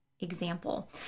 example